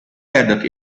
gathered